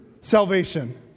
salvation